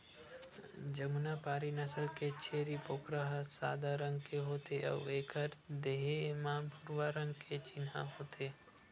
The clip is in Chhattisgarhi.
जमुनापारी नसल के छेरी बोकरा ह सादा रंग के होथे अउ एखर देहे म भूरवा रंग के चिन्हा होथे